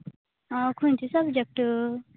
आं खंयचे सब्जेक्ट